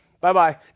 Bye-bye